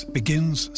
begins